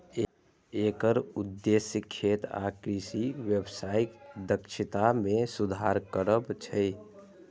एकर उद्देश्य खेत आ कृषि व्यवसायक दक्षता मे सुधार करब छै